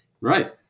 Right